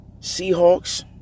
Seahawks